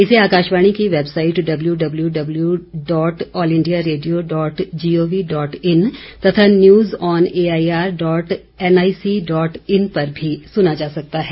इसे आकाशवाणी की website W W W dot all India radio dot G O V dot in तथा news on A I R dot N I C dot in पर भी सुना जा सकता है